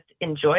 enjoy